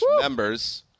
members